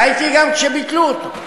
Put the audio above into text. והייתי גם כשביטלו אותו,